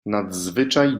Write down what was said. nadzwyczaj